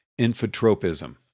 infotropism